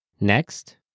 Next